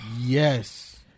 Yes